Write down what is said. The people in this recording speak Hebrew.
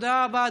תודה רבה,